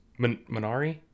Minari